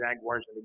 Jaguars